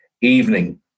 evening